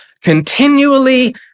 continually